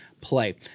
Play